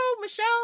Michelle